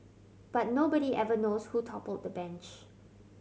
but nobody ever knows who toppled the bench